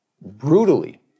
brutally